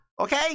okay